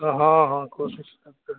ہاں ہاں کوشش کرتے ہیں